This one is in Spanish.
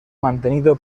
mantenido